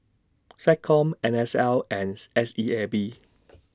Seccom N S L S E A B